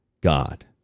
God